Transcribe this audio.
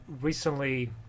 recently